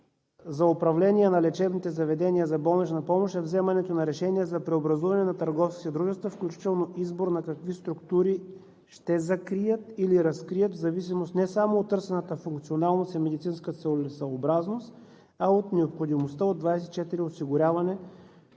за управление на лечебните заведения за болнична помощ е вземането на решения за преобразуване на търговските дружества, включително избор на какви структури ще закрият или разкрият в зависимост не само от търсената функционалност и медицинска целесъобразност, а от необходимостта от 24-часово осигуряване